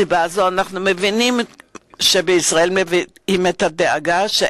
משום כך אנחנו מבינים את הדאגה של ישראל,